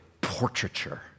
portraiture